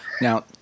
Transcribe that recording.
Now